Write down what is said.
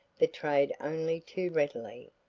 betrayed only too readily.